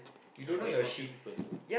she always confuse people